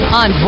on